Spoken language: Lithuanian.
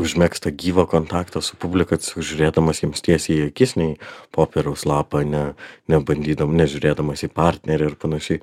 užmegzt tą gyvą kontaktą su publika žiūrėdamas jiems tiesiai į akis ne į popieriaus lapą ne nebandydam nežiūrėdamas į partnerį ir panašiai